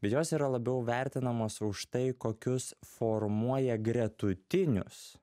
bet jos yra labiau vertinamos už tai kokius formuoja gretutinius